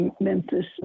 Memphis